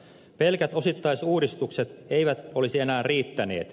pelkät osittaisuudistukset eivät olisi enää riittäneet